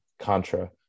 Contra